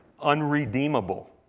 unredeemable